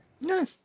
No